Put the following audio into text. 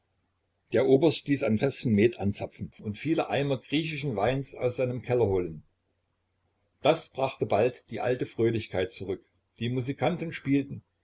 der oberst ließ ein fäßchen met anzapfen und viele eimer griechischen weins aus seinem keller holen das brachte bald die alte fröhlichkeit zurück die musikanten spielten